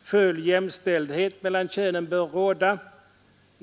Full jämställdhet mellan könen bör råda.